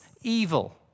evil